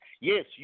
Yes